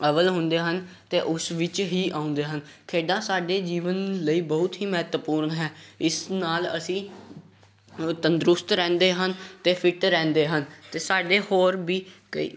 ਅੱਵਲ ਹੁੰਦੇ ਹਨ ਅਤੇ ਉਸ ਵਿੱਚ ਹੀ ਆਉਂਦੇ ਹਨ ਖੇਡਾਂ ਸਾਡੇ ਜੀਵਨ ਲਈ ਬਹੁਤ ਹੀ ਮਹੱਤਵਪੂਰਨ ਹੈ ਇਸ ਨਾਲ ਅਸੀਂ ਤੰਦਰੁਸਤ ਰਹਿੰਦੇ ਹਨ ਅਤੇ ਫਿਟ ਰਹਿੰਦੇ ਹਨ ਅਤੇ ਸਾਡੇ ਹੋਰ ਵੀ ਕਈ